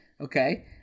Okay